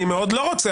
אני מאוד לא רוצה.